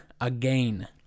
again